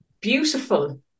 beautiful